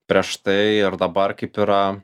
prieš tai ir dabar kaip yra